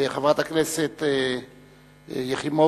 חברת הכנסת יחימוביץ.